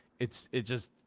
it's it's just.